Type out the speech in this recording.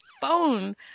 phone